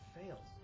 fails